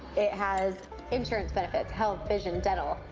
it has insurance benefits, health, vision, dental,